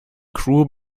crew